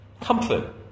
Comfort